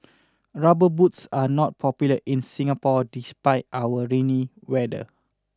rubber boots are not popular in Singapore despite our rainy weather